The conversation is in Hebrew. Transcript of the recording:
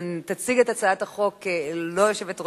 אני קובעת שהצעת חוק השיפוט הצבאי (תיקון מס' 63) (תיקון),